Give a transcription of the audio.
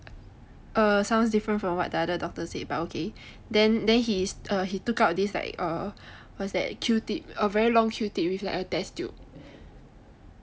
err sounds different from what the other doctor said but okay then he he err took out this like err what's that Q tip a very long Q tip it's like a test tube